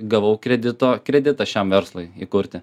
gavau kredito kreditą šiam verslui įkurti